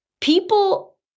people